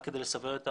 רק כדי לסבר את האוזן,